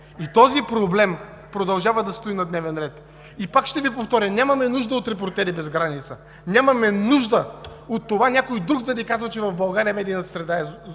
И този проблем продължава да стои на дневен ред. И пак ще Ви повторя: нямаме нужда от „Репортери без граница“, нямаме нужда от това някой друг да ни казва, че в България медийната среда е жестока